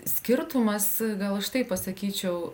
skirtumas gal aš taip pasakyčiau